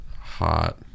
hot